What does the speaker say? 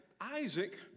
Isaac